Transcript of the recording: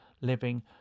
living